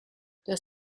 das